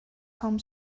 home